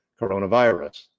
coronavirus